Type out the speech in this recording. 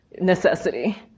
necessity